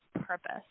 purpose